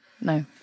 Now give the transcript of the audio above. No